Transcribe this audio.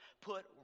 put